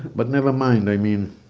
but nevermind, i mean,